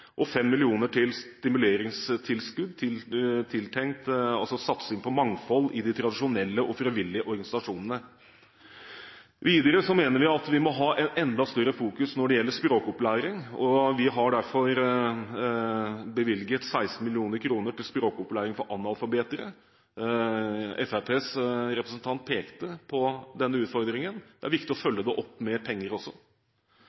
og 5 mill. kr til stimuleringstilskudd til satsing på mangfold i de tradisjonelle og frivillige organisasjonene. Videre mener vi at vi må ha et enda større fokus på språkopplæring, og vi har derfor bevilget 16 mill. kr til språkopplæring for analfabeter. Fremskrittspartiets representant pekte på denne utfordringen. Det er viktig å